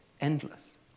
endless